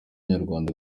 nyarwanda